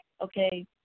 okay